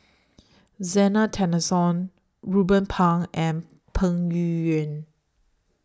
Zena Tessensohn Ruben Pang and Peng Yuyun